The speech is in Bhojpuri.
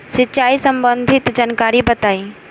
सिंचाई संबंधित जानकारी बताई?